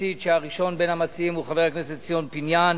פרטית שהגישו חבר הכנסת ציון פיניאן,